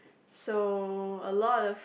so a lot of